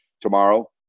tomorrow